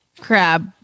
crab